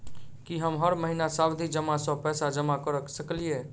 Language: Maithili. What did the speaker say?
की हम हर महीना सावधि जमा सँ पैसा जमा करऽ सकलिये?